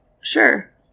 sure